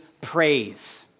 praise